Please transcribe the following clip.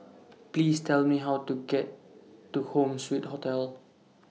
Please Tell Me How to get to Home Suite Hotel